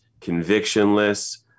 convictionless